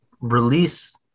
release